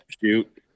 shoot